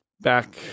back